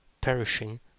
perishing